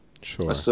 Sure